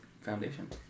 foundation